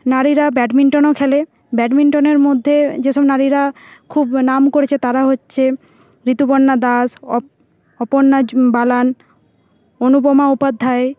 নারীরা ব্যাডমিন্টনও খেলে ব্যাডমিন্টনের মধ্যে যেসব নারীরা খুব নাম করেছে তারা হচ্ছে ঋতুপর্ণা দাস অপর্ণা জু বালান অনুপমা উপাধ্যায়